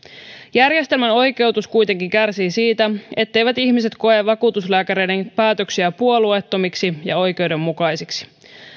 järjestelmän oikeutus kuitenkin kärsii siitä etteivät ihmiset koe vakuutuslääkäreiden päätöksiä puolueettomiksi ja oikeudenmukaisiksi